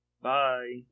Bye